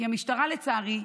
כי המשטרה, לצערי,